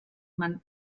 man